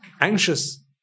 anxious